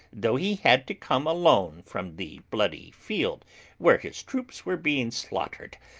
though he had to come alone from the bloody field where his troops were being slaughtered,